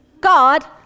God